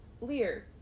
Lear